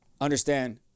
understand